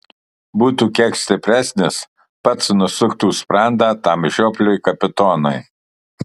būtų kiek stipresnis pats nusuktų sprandą tam žiopliui kapitonui